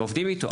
ועובדים איתו,